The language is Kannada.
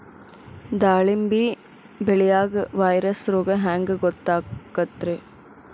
ದಾಳಿಂಬಿ ಬೆಳಿಯಾಗ ವೈರಸ್ ರೋಗ ಹ್ಯಾಂಗ ಗೊತ್ತಾಕ್ಕತ್ರೇ?